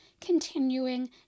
continuing